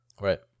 Right